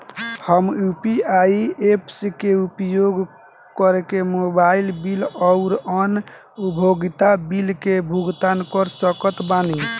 हम UPI apps के उपयोग करके मोबाइल बिल आउर अन्य उपयोगिता बिलन के भुगतान कर सकत बानी